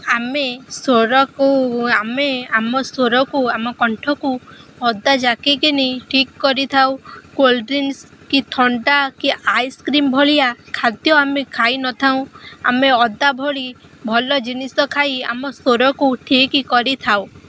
ଆମେ ସ୍ୱରକୁ ଆମେ ଆମ ସ୍ୱରକୁ ଆମ କଣ୍ଠକୁ ଅଦା ଯାକିକିନି ଠିକ୍ କରିଥାଉ କୋଲ୍ଡ଼ ଡ୍ରିଙ୍କସ୍ କି ଥଣ୍ଡା କି ଆଇସକ୍ରିମ୍ ଭଳିଆ ଖାଦ୍ୟ ଆମେ ଖାଇ ନଥାଉଁ ଆମେ ଅଦା ଭଳି ଭଲ ଜିନିଷ ଖାଇ ଆମ ସ୍ୱରକୁ ଠିକ୍ କରିଥାଉ